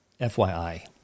FYI